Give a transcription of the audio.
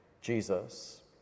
Jesus